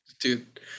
Dude